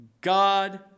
God